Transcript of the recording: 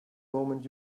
moment